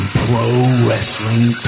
pro-wrestling